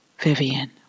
Vivian